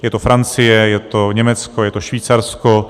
Je to Francie, je to Německo, je to Švýcarsko.